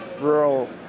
rural